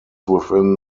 within